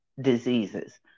diseases